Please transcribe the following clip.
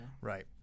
Right